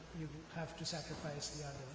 you have to sacrifice the